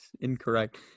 Incorrect